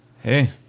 Hey